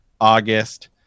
August